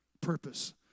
purpose